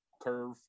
curve